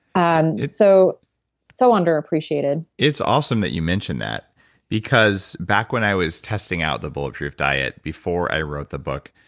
and it's so so under-appreciated it's awesome that you mention that because back when i was testing out the bulletproof diet before i wrote the book,